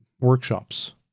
Workshops